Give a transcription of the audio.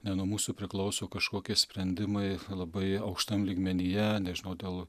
ne nuo mūsų priklauso kažkokie sprendimai labai aukštam lygmenyje nežinau dėl